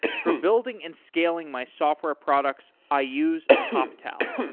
for building and scaling my software products i use toptal.